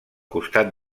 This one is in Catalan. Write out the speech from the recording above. costat